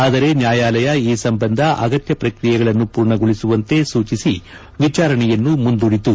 ಆದರೆ ನ್ಕಾಯಾಲಯ ಈ ಸಂಬಂಧ ಅಗತ್ತ ಪ್ರಕ್ರಿಯೆಗಳನ್ನು ಮೂರ್ಣಗೊಳಿಸುವಂತೆ ಸೂಚಿಸಿ ವಿಚಾರಣೆಯನ್ನು ಮುಂದೂಡಿತು